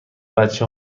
بچه